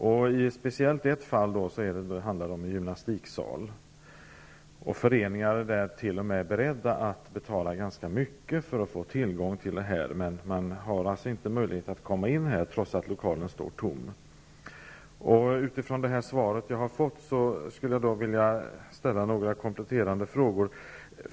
I ett speciellt fall handlar det om en gymnastiksal. Det finns föreningar som t.o.m. är beredda att betala ganska mycket för att få tillgång till den, men man har ingen möjlighet att få tillgång till lokalen, trots att den står tom. Med utgångspunkt i det svar som jag har fått skulle jag vilja ställa en kompletterande fråga.